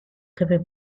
jefe